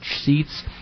seats